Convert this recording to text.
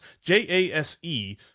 J-A-S-E